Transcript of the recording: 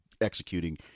executing